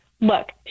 Look